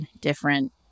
different